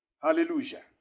Hallelujah